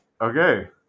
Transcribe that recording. Okay